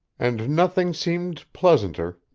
and nothing seemed pleasanter,